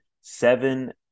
seven